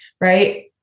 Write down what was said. Right